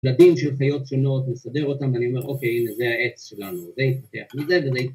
‫לדין של חיות שונות, מסדר אותם, ‫ואני אומר, אוקיי, הנה, ‫זה העץ שלנו, זה יתפתח מזה וזה יתפתח.